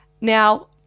Now